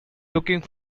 looking